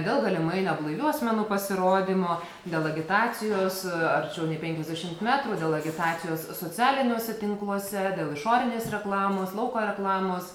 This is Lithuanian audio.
dėl galimai neblaivių asmenų pasirodymo dėl agitacijos arčiau nei penkiasdešimt metrų dėl agitacijos socialiniuose tinkluose dėl išorinės reklamos lauko reklamos